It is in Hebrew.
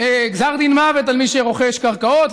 גזר דין מוות על מי שרוכש קרקעות.